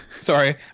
Sorry